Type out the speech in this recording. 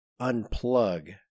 unplug